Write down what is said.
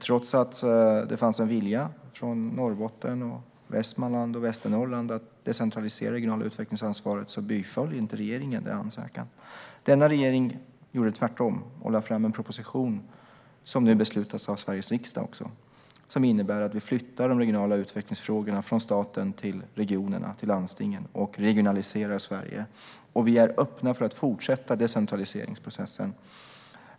Trots att det fanns en vilja från Norrbotten, Västmanland och Västernorrland att decentralisera det regionala utvecklingsansvaret biföll inte regeringen den ansökan. Denna regering gjorde tvärtom och lade fram en proposition som nu beslutas av Sveriges riksdag också och som innebär att vi flyttar de regionala utvecklingsfrågorna från staten till regionerna, till landstingen, och regionaliserar Sverige. Vi är öppna för att fortsätta decentraliseringsprocessen.